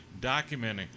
documenting